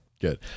good